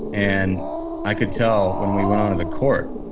and i could tell when we went onto the court,